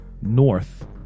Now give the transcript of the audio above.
north